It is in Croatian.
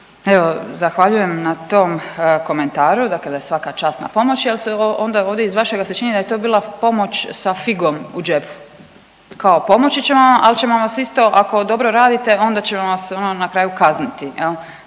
Evo zahvaljujem na tom komentaru dakle da je svaka čast na pomoći, al se onda ovdje iz vašega se čini da je to bila pomoć sa figom u džepu, kao pomoći ćemo vam, al ćemo vas isto ako dobro radite onda ćemo vas ono na kraju kazniti